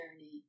journey